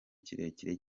kirekire